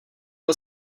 byl